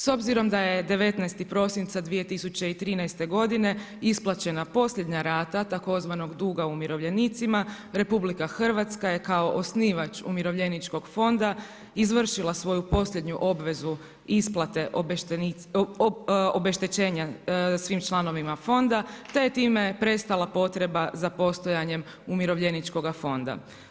S obzirom da je 19. prosinca 2013. godine isplaćena posljednja rata tzv. duga umirovljenicima, RH je kao osnivač umirovljeničkog fonda izvršila svoju posljednju obvezu isplate obeštećenja svim članovima fonda te je time prestala potreba za postojanje umirovljeničkoga fonda.